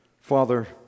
Father